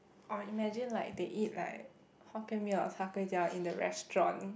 or imagine like they eat like Hokkien-Mee or Char Kway Teow in the restaurant